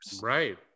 right